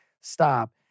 stop